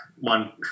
one